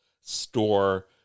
store